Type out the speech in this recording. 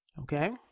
Okay